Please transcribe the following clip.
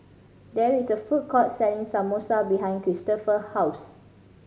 there is a food court selling Samosa behind Cristopher house